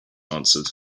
answered